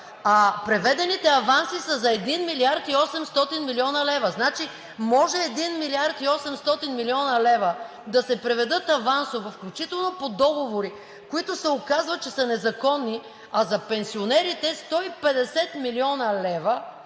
а преведените аванси са за 1 млрд. и 800 млн. лв. Значи може 1 млрд. и 800 млн. лв. да се преведат авансово и включително по договори, за които се оказва, че са незаконни, а за пенсионерите плюс 150 млн. лв.